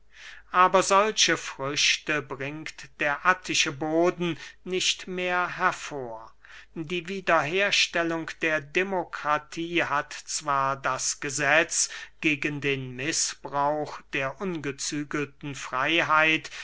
aber solche früchte bringt der attische boden nicht mehr hervor die wiederherstellung der demokratie hat zwar das gesetz gegen den mißbrauch der ungezügelten freyheit